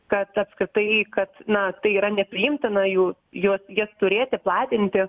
kad apskritai kad na tai yra nepriimtina jų jos jas turėti platinti